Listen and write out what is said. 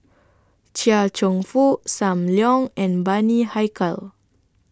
Chia Cheong Fook SAM Leong and Bani Haykal